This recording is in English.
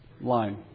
line